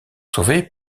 sauvés